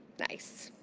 nice.